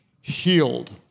healed